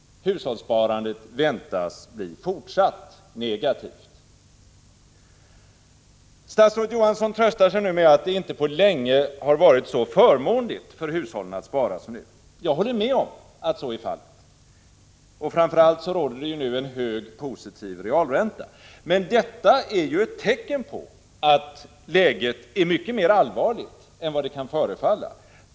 Hushållssparandet väntas bli fortsatt negativt. Statsrådet Johansson tröstar sig med att det inte på länge har varit så förmånligt för hushållen att spara som nu. Jag håller med om att så är fallet. Framför allt råder det nu en hög positiv realränta. Men detta är ju ett tecken på att läget är mycket mer allvarligt än det kan förefalla!